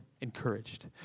encouraged